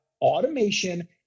automation